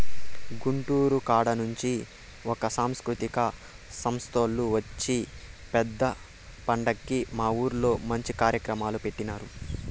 గుంటూరు కాడ నుంచి ఒక సాంస్కృతిక సంస్తోల్లు వచ్చి పెద్ద పండక్కి మా ఊర్లో మంచి కార్యక్రమాలు పెట్టినారు